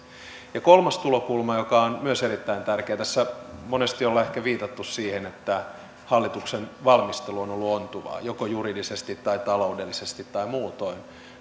kolmas tulokulma joka on myös erittäin tärkeä tässä monesti ollaan ehkä viitattu siihen että hallituksen valmistelu on on ollut ontuvaa joko juridisesti tai taloudellisesti tai muutoin